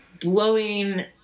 blowing